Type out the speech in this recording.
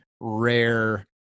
rare